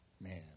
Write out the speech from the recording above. man